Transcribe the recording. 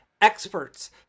experts